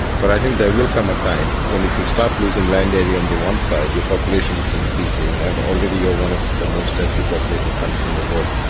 but i think there will come a time when if you start losing land area on the one side, your population is increasing and already you're one of the most densely populated countries in the world,